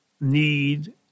need